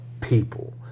people